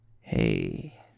Hey